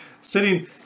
Sitting